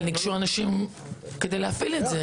אבל ניגשו אנשים כדי להפעיל את זה.